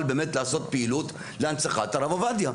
באמת לעשות פעילות להנצחת הרב עובדיה.